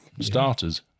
starters